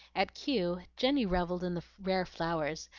at kew jenny revelled in the rare flowers,